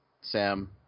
Sam